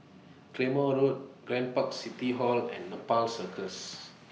Claymore Road Grand Park City Hall and Nepal Circus